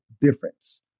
difference